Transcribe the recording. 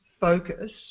focus